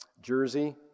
Jersey